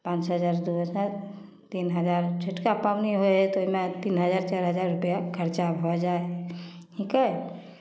पाँच हजार दू हजार तीन हजार छोटका पाबनि होइ हइ तऽ ओहिमे तीन हजार चारि हजार रुपैआ खर्चा भऽ जाइ हइ ठीक हइ